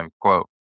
quote